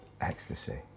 ecstasy